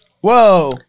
Whoa